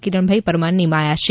કિરણભાઈ પરમાર નિમાયા છે